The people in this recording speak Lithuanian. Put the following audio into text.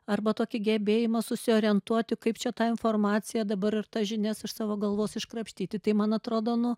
arba tokį gebėjimą susiorientuoti kaip čia tą informaciją dabar ir tas žinias iš savo galvos iškrapštyti tai man atrodo nu